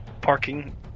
parking